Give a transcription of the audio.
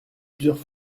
plusieurs